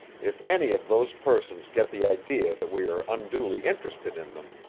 if any of those persons get the idea that we are unduly interested in them,